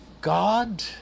God